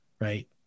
right